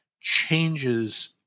changes